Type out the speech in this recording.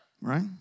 Right